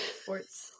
Sports